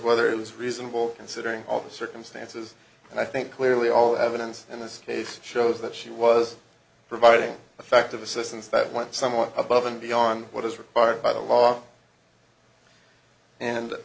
whether it was reasonable considering all the circumstances and i think clearly all evidence in this case shows that she was providing effective assistance that went somewhat above and beyond what is required by the law and